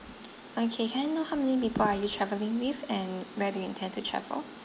okay can I know how many people are you travelling with and where do you intend to travel